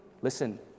Listen